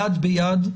יד ביד,